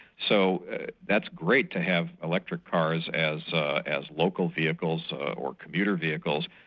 so that's great to have electric cars as ah as local vehicles or commuter vehicles,